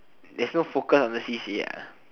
they're so focused on the c_c_a